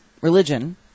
religion